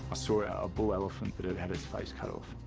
saw a bull elephant that had had its face cut off,